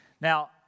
Now